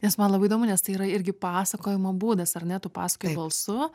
nes man labai įdomu nes tai yra irgi pasakojimo būdas ar ne tu pasakoji balsu